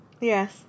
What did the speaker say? Yes